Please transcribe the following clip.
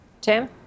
Tim